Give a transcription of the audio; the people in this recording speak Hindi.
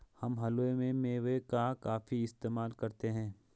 हम हलवे में मेवे का काफी इस्तेमाल करते हैं